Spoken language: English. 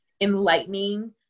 enlightening